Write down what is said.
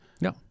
No